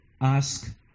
Ask